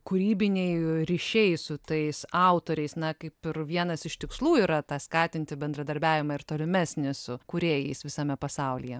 kūrybiniai ryšiai su tais autoriais na kaip ir vienas iš tikslų yra tą skatinti bendradarbiavimą ir tolimesnį su kūrėjais visame pasaulyje